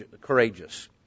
courageous